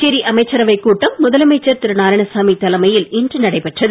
புதுச்சேரி அமைச்சரவைக் கூட்டம் முதலமைச்சர் திரு நாராயணசாமி தலைமையில் இன்று நடைபெற்றது